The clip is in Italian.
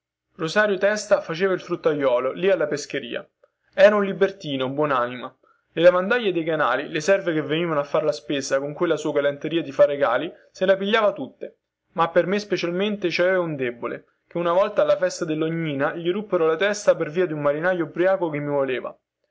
rosario testa faceva il fruttaiuolo lì alla pescheria era un libertino buonanima le lavandaie dei canali le serve che venivano a far la spesa con quella sua galanteria di far regali se le pigliava tutte ma per me specialmente ci aveva il debole chè una volta alla festa dellognina gli ruppero la testa per via di un marinaio ubriaco che mi voleva